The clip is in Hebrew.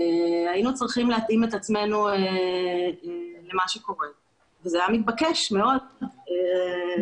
היינו צריכים להתאים את עצמנו למה שקורה וזה היה מתבקש מאוד לעשות,